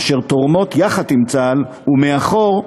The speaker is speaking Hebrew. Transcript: אשר תורמות, יחד עם צה"ל, ומאחור,